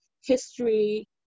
history